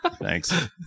Thanks